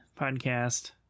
podcast